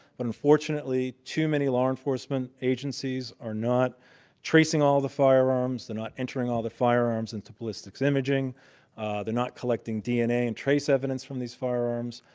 but unfortunately, too many law enforcement agencies are not tracing all the firearms. they're not entering all the firearms into ballistics imaging they're not collecting dna and trace evidence from these firearms.